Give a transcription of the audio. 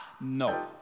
No